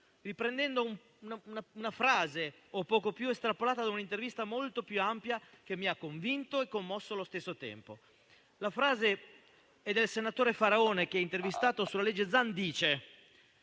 riprendendo una frase, o poco più, estrapolata da un'intervista molto più ampia, che mi ha convinto e commosso allo stesso tempo. La frase è del senatore Faraone, che, intervistato sul disegno di